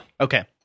Okay